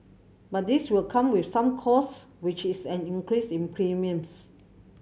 but this will come with some costs which is an increase in premiums